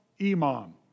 Imam